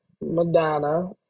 Madonna